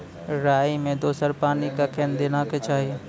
राई मे दोसर पानी कखेन देबा के चाहि?